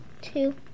two